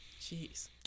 jeez